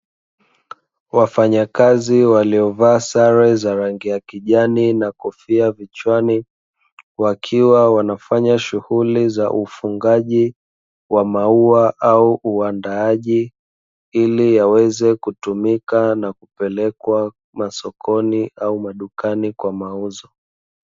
Wafanyakazi waliovaa sare za rangi ya kijani na kofia vichwani, wakiwa wanafanya shughuli za ufungaji wa maua au uandaaji ili yaweze kutumika na kupelekwa sokoni au madukani kwa mauzo.